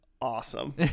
awesome